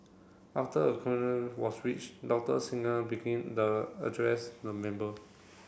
after a quorum was reached Doctor Singh began the address the member